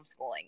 homeschooling